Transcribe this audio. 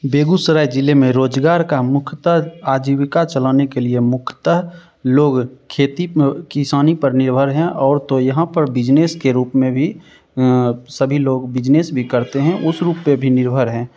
बेगूसराय ज़िले में रोज़गार का मुख्यता आजीविका चलाने के लिए मुख्यतः लोग खेती और किसानी पर निर्भर हैं और तो यहाँ पर बिजनेस के रूप में भी सभी लोग बिजनेस भी करते हैं उस रूप पर भी निर्भर हैं